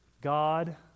God